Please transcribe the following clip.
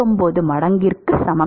99 மடங்குக்கு சமம்